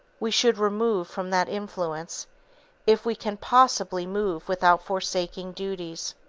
we should remove from that influence if we can possibly move without forsaking duties.